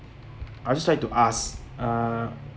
I'd just like to ask uh